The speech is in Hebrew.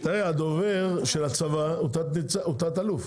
40 --- הדובר של הצבא הוא תת אלוף,